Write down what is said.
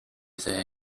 their